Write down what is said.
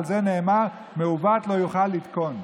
על זה נאמר: "מְעֻוָת לא יוכַל לִתקֹן".